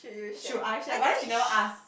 should I share but then she never ask